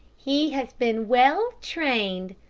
he has been well trained,